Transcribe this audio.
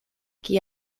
qui